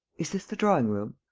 is this the drawing-room?